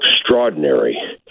extraordinary